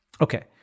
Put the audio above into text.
Okay